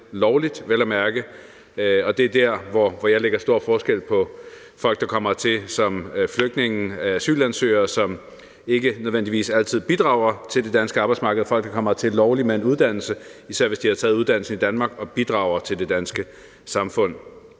lovligt, og det er der, hvor jeg lægger stor vægt på forskellen, altså om der er tale om folk, der kommer hertil som flygtninge og asylansøgere, som ikke nødvendigvis altid bidrager til det danske arbejdsmarked, eller om folk, der kommer hertil lovligt med en uddannelse, især hvis de har taget uddannelsen i Danmark, og bidrager til det danske samfund.